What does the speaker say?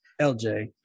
LJ